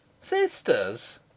Sisters